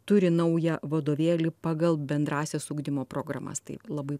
turi naują vadovėlį pagal bendrąsias ugdymo programas taip labai